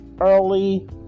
early